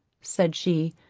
said she,